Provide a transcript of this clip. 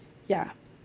ya